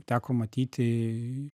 teko matyti